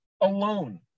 alone